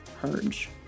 purge